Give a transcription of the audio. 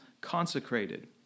consecrated